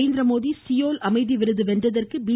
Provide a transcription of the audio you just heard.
Narendra Modi Seoul அமைதி விருது வென்றதற்கு பி